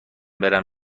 برم